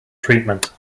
treatment